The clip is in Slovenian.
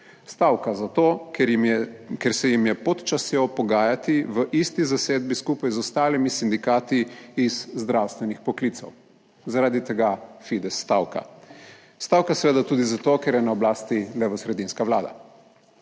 Stavka zato, ker jim je ker se jim je pod častjo pogajati v isti zasedbi, skupaj z ostalimi sindikati iz zdravstvenih poklicev. Zaradi tega FIDES stavka. Stavka seveda tudi zato, ker je na oblasti levosredinska vlada.